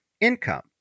income